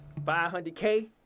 500K